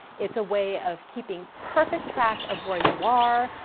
it's a way of keeping perfect track of where you are,